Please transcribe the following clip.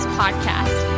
podcast